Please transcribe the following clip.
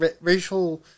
racial